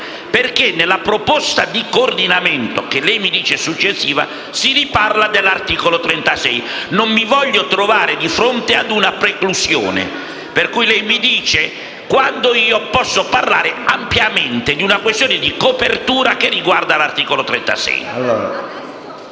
perché nella proposta di coordinamento, che lei mi dice successiva, si parla dell'articolo 36. Non mi voglio trovare di fronte a una preclusione; pertanto, le chiedo di dirmi quando posso parlare ampiamente sulla questione di copertura di cui all'articolo 36.